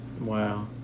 Wow